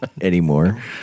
anymore